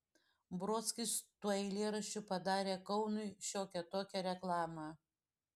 brodskis tuo eilėraščiu padarė kaunui šiokią tokią reklamą